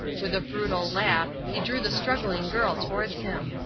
with a brutal laugh, he drew the struggling girl towards him.